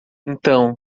então